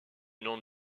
nom